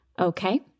Okay